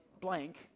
blank